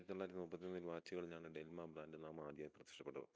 ആയിരത്തി തൊള്ളായിരത്തി മുപ്പത്തി മൂന്നിൽ വാച്ചുകളിലാണ് ഡെൽമ ബ്രാൻഡ് നാമം ആദ്യമായി പ്രത്യക്ഷപ്പെട്ടത്